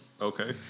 Okay